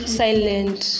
silent